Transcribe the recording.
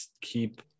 keep